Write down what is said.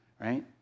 right